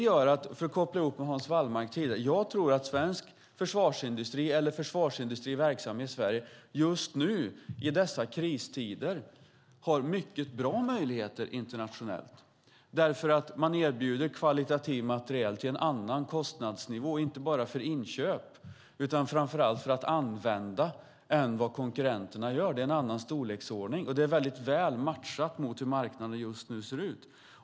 För att koppla till det som Hans Wallmark tidigare sade tror jag att svensk försvarsindustri eller försvarsindustriell verksamhet i Sverige just i dessa kristider har mycket bra möjligheter internationellt. Man erbjuder kvalitativ materiel som ligger på en annan kostnadsnivå inte bara för inköp utan framför allt för användning än vad konkurrenterna gör. Det är en annan storleksordning och matchar väl mot hur marknaden för närvarande ser ut.